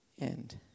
end